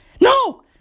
No